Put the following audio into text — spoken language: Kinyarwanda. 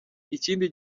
ikindi